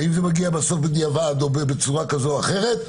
האם זה מגיע בסוף בדיעבד או בצורה כזו או אחרת?